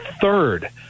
third